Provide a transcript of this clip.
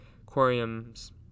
Aquariums